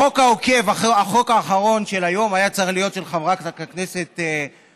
החוק האחרון של היום היה צריך להיות של חברת הכנסת זנדברג,